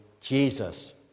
Jesus